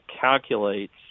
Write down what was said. calculates